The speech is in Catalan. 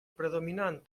predominant